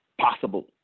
possible